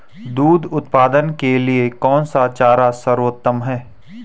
दूध उत्पादन के लिए कौन सा चारा सर्वोत्तम है?